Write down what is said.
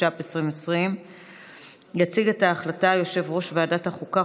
התש"ף 2020. יציג את הצעה יושב-ראש ועדת החוקה,